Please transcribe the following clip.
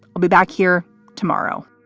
we'll be back here tomorrow